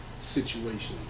situations